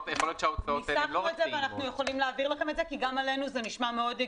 יכול להיות שההוצאות הן לא רק טעימות.